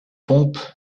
pompe